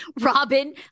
Robin